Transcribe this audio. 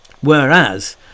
Whereas